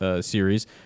series